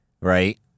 Right